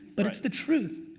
but it's the truth,